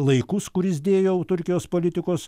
laikus kur jis dėjo turkijos politikos